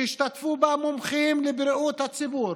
שישתתפו בה מומחים לבריאות הציבור,